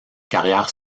carrière